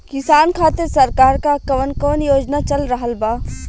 किसान खातिर सरकार क कवन कवन योजना चल रहल बा?